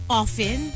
often